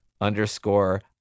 underscore